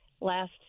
last